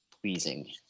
pleasing